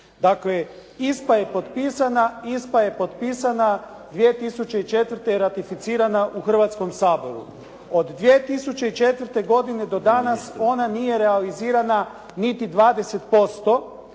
Dakle, ISPA je potpisana 2004. i ratificirana u Hrvatskom saboru . od 2004. godine do danas ona nije realizirana niti 20%,